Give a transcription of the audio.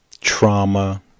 trauma